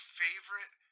favorite